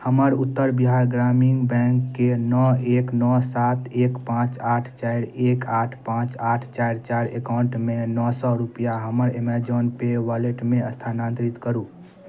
हमर उत्तर बिहार ग्रामीण बैंकके नओ एक नओ सात एक पांँच आठ चारि एक आठ पांँच आठ चारि चारि एकाउन्टमे नओ सए रुपआ हमर ऐमेज़ौन पे वैलेटमे स्थानांतरित करू